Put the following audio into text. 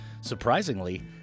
Surprisingly